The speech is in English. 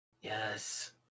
Yes